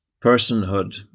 personhood